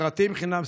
סרטים חינם,